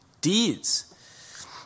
deeds